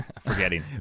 forgetting